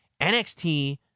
NXT